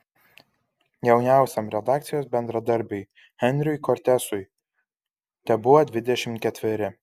jauniausiam redakcijos bendradarbiui henriui kortesui tebuvo dvidešimt ketveri